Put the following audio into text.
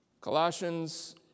Colossians